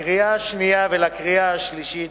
לקריאה שנייה ולקריאה שלישית,